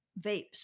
vapes